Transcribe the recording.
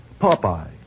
Popeye